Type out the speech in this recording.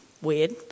weird